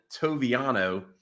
Toviano